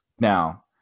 Now